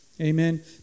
Amen